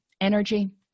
energy